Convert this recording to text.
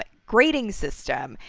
ah grading system,